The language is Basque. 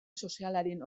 sozialaren